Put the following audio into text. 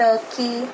turkey